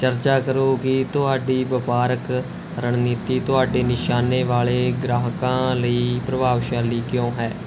ਚਰਚਾ ਕਰੋ ਕਿ ਤੁਹਾਡੀ ਵਪਾਰਕ ਰਣਨੀਤੀ ਤੁਹਾਡੇ ਨਿਸ਼ਾਨੇ ਵਾਲੇ ਗ੍ਰਾਹਕਾਂ ਲਈ ਪ੍ਰਭਾਵਸ਼ਾਲੀ ਕਿਉਂ ਹੈ